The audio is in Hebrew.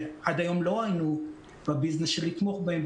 שעד היום לא היינו בביזנס של לתמוך בהם,